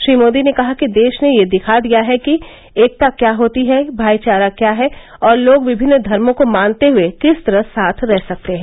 श्री मोदी ने कहा कि देश ने यह दिखा दिया है कि एकता क्या होती है भाईचारा क्या है और लोग विभिन्न धर्मो को मानते हुए किस तरह साथ रह सकते हैं